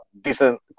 decent